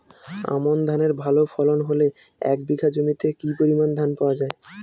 আমন ধানের ভালো ফলন হলে এক বিঘা জমিতে কি পরিমান ধান পাওয়া যায়?